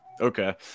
Okay